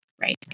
Right